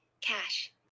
cash